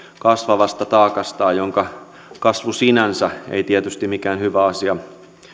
kasvavasta taakastaan jonka kasvu sinänsä ei tietysti mikään hyvä asia